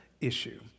issue